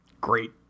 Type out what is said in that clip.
Great